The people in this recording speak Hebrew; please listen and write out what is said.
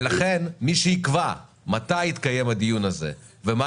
ולכן מי שיקבע מתי יתקיים הדיון הזה ומה